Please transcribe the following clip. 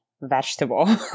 vegetable